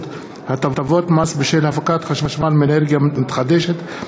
(הטבות מס בשל הפקת חשמל מאנרגיה מתחדשת,